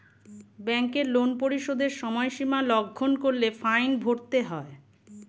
ব্যাংকের লোন পরিশোধের সময়সীমা লঙ্ঘন করলে ফাইন ভরতে হয়